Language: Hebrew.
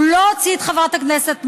הוא לא הוציא את חברת הכנסת מהדיון.